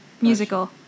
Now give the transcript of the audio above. Musical